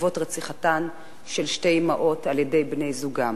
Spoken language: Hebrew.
בעקבות רציחתן של שתי אמהות על-ידי בני-זוגן.